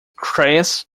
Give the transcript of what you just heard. chris